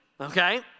okay